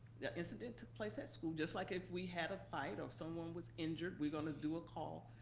that a incident took place at school, just like if we had a fight or if someone was injured, we're gonna do a call.